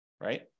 right